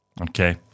Okay